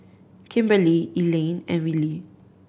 Kimberley Elayne and Willy